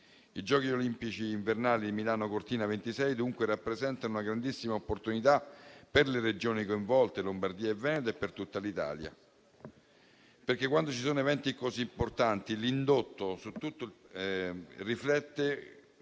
I Giochi olimpici invernali di Milano Cortina 2026 rappresentano, dunque, una grandissima opportunità per le Regioni coinvolte, Lombardia e Veneto, e per tutta l'Italia perché, quando ci sono eventi così importanti, l'indotto si riflette